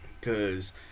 cause